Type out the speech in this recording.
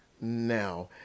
now